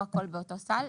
כאן הכול באותו סל.